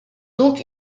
donc